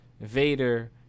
Vader